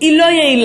היא לא יעילה.